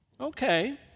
Okay